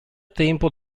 tempo